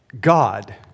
God